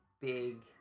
big